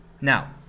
now